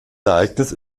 ereignis